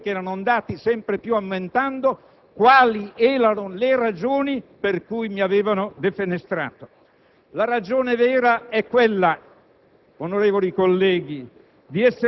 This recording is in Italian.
per spiegare ai miei ascoltatori, che erano andati sempre più aumentando, quali erano le ragioni per cui mi avevano defenestrato. La ragione vera è quella,